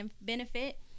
Benefit